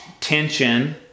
tension